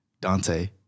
Dante